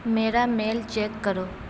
میرا mail check کرو